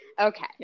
Okay